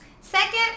Second